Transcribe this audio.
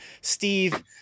Steve